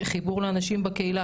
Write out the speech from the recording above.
חיבור לאנשים בקהילה,